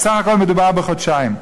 סך-הכול מדובר בחודשיים.